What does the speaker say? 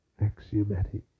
axiomatic